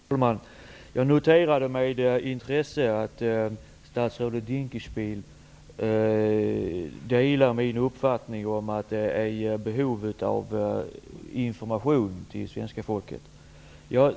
Herr talman! Jag noterade med intresse att statsrådet Dinkelspiel delar min uppfattning om att det finns ett behov av information till svenska folket.